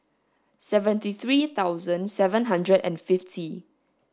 seventy three thousand seven hundred and fifty